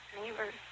neighbors